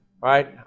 Right